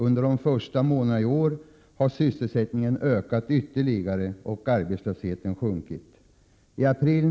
Under de första månaderna i år har sysselsättningen ökat ytterligare och arbetslösheten sjunkit.